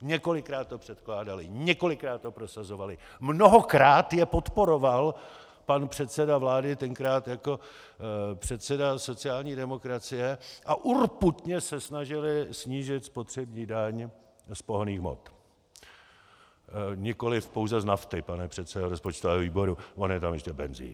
Několikrát to předkládali, několikrát to prosazovali, mnohokrát je podporoval pan předseda vlády, tenkrát jako předseda sociální demokracie, a urputně se snažili snížit spotřební daň z pohonných hmot nikoliv pouze z nafty, pane předsedo rozpočtového výboru, on je tam ještě benzín jako.